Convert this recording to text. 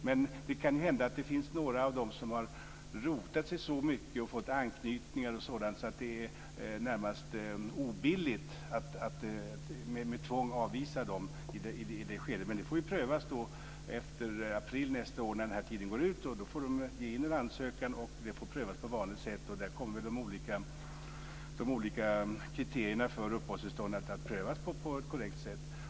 Men det kan hända att det finns några av dem som har rotat sig så mycket här och fått anknytningar och sådant att det närmast är obilligt att med tvång avvisa dem. Det får prövas efter april nästa år när den här tiden går ut. Då får de ge in en ansökan och den får prövas på vanligt sätt. Där kommer väl de olika kriterierna för uppehållstillstånd att prövas på ett korrekt sätt.